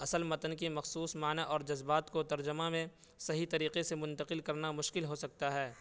اصل متن کی مخصوص معنیٰ اور جذبات کو ترجمہ میں صحیح طریقے سے منتقل کرنا مشکل ہو سکتا ہے